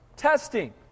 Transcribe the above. testing